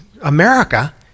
America